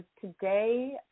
today